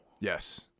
Yes